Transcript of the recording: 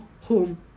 home